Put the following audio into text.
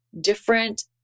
different